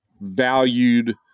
valued